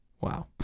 Wow